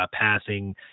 passing